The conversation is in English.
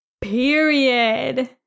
Period